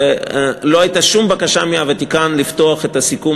לא הייתה שום בקשה מהוותיקן לפתוח את הסיכום